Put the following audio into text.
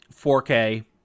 4K